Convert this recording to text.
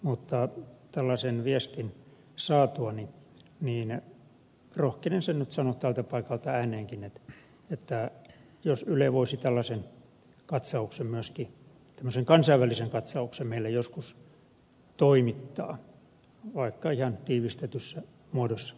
mutta tällaisen viestin saatuani rohkenen sen nyt sanoa tältä paikalta ääneenkin että jos yle voisi tällaisen kat sauksen myöskin tämmöisen kansainvälisen katsauksen meille joskus toimittaa vaikka ihan tiivistetyssä muodossa